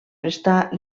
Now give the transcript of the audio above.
prestar